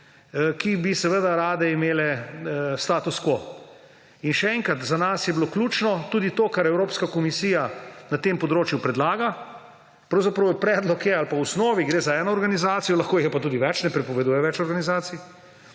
ki bi rade imele status quo. In še enkrat, za nas je bilo ključno tudi to, kar Evropska komisija na tem področju predlaga. Pravzaprav gre v osnovi za eno organizacijo, lahko jih je pa tudi več, ne prepoveduje več organizacij,